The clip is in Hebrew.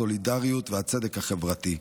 הסולידריות והצדק החברתי.